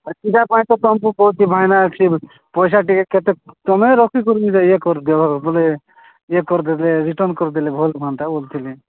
ସେଇଟା ପାଇଁ ତ ତମକୁୁ କହୁଛି ଭାଇନା ସେ ପଇସା ଟିକେ କେତେ ତମେ ରଖି କରି ମିସା ଏ କରିଦିଅ ବଲେ ଇଏ କରିଦେଲେ ରିଟର୍ନ୍ କରିଦେଲେ ଭଲ ହୁଅନ୍ତା ବଲୁଥିଲି